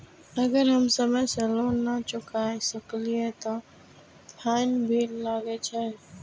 अगर हम समय से लोन ना चुकाए सकलिए ते फैन भी लगे छै?